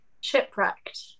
Shipwrecked